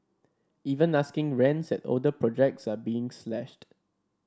even asking rents at older projects are being slashed